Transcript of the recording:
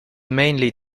mainly